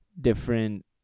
different